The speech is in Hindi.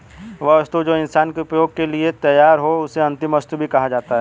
वह वस्तु जो इंसान के उपभोग के लिए तैयार हो उसे अंतिम वस्तु भी कहा जाता है